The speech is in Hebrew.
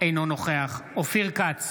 אינו נוכח אופיר כץ,